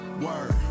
Word